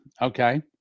Okay